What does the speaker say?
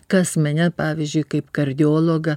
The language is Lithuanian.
kas mane pavyzdžiui kaip kardiologą